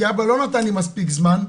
כי האבא לא נותן לי מספיק זמן,